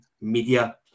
media